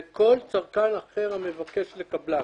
וכל צרכן אחר המבקש לקבלם.